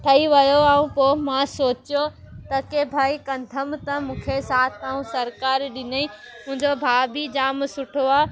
ठही वियो ऐं पोइ मां सोचियो त की भाई कदंमि त मूंखे साथ ऐं सहकारि ॾिनई मुंहिंजो भाउ बि जाम सुठो आहे